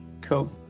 cool